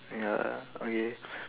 ya okay